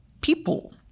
people